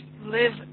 live